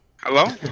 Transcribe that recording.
Hello